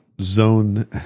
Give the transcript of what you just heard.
zone